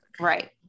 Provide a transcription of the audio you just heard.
right